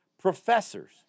professors